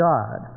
God